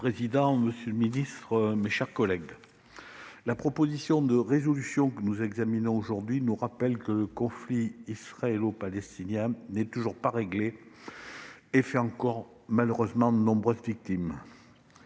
Monsieur le président, monsieur le ministre, mes chers collègues, la proposition de résolution que nous examinons aujourd'hui nous rappelle que le conflit israélo-palestinien n'est toujours pas réglé et fait encore de nombreuses victimes.